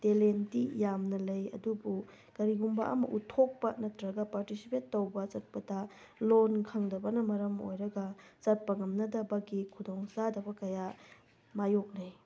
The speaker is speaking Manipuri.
ꯇꯦꯂꯦꯟꯇꯤ ꯌꯥꯝꯅ ꯂꯩ ꯑꯗꯨꯕꯨ ꯀꯔꯤꯒꯨꯝꯕ ꯑꯃ ꯎꯠꯊꯣꯛꯄ ꯅꯠꯇ꯭ꯔꯒ ꯄꯥꯔꯇꯤꯁꯤꯄꯦꯠ ꯇꯧꯕ ꯆꯠꯄꯗ ꯂꯣꯟ ꯈꯪꯗꯕꯅ ꯃꯔꯝ ꯑꯣꯏꯔꯒ ꯆꯠꯄ ꯉꯝꯅꯗꯕꯒꯤ ꯈꯨꯗꯣꯡ ꯆꯥꯗꯕ ꯀꯌꯥ ꯃꯥꯏꯌꯣꯛꯅꯩ